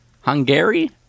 hungary